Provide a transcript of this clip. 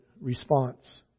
response